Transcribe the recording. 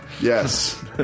Yes